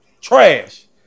Trash